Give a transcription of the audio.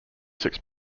six